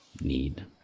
need